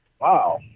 wow